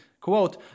quote